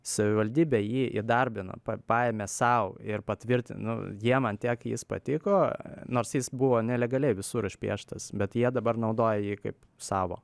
savivaldybė jį įdarbino paėmė sau ir patvirtin nu jiem ant tiek jis patiko nors jis buvo nelegaliai visur išpieštas bet jie dabar naudoja jį kaip savo